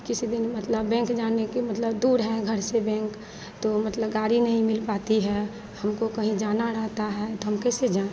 किसी दिन मतलब बैंक जाने के मतलब दूर हैं घर से बैंक तो मतलब गाड़ी नहीं मिल पाती है हमको कहीं जाना रहता है तो हम कैसे जाऍं